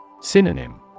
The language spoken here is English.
Synonym